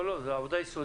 לא, זו עבודה יסודית.